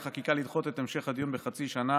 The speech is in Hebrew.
חקיקה לדחות את המשך הדיון בחצי שנה.